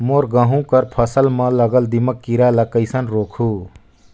मोर गहूं कर फसल म लगल दीमक कीरा ला कइसन रोकहू?